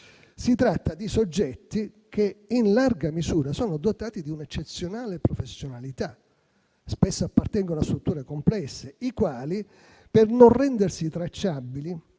si tratta di soggetti che, in larga misura, sono dotati di un'eccezionale professionalità e spesso appartengono a strutture complesse. Tali soggetti, per non rendersi tracciabili